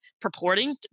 purporting